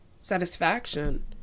satisfaction